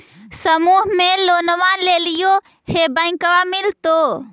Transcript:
समुह मे लोनवा लेलिऐ है बैंकवा मिलतै?